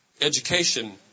education